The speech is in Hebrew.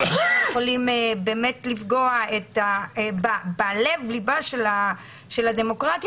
ואנחנו יכולים לפגוע בלב-ליבה של הדמוקרטיה,